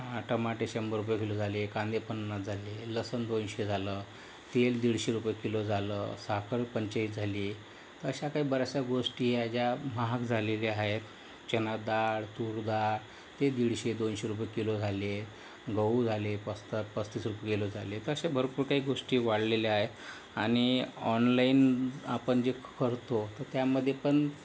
टमाटे शंभर रुपये किलो झाले कांदे पन्नास झले लसूण दोनशे झालं तेल दीडशे रुपये किलो झालं साखर पंचेचाळीस झाली अशा काही बऱ्याचशा गोष्टी या ज्या महाग झाल्याल्या आहे चणा डाळ तूर डाळ ते दीडशे दोनशे रुपये किलो झाले आहे गहू झाले पस्ता पस्तीस रुपये किलो झाले तर अशा भरपूर काही गोष्टी वाढलेल्या आहेत आणि ऑनलाईन आपण जे करतो त्यामध्ये पण